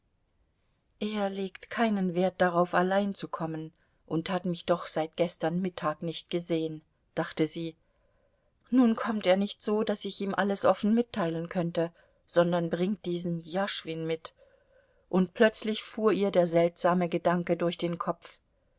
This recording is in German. er legt keinen wert darauf allein zu kommen und hat mich doch seit gestern mittag nicht gesehen dachte sie nun kommt er nicht so daß ich ihm alles offen mitteilen könnte sondern bringt diesen jaschwin mit und plötzlich fuhr ihr der seltsame gedanke durch den kopf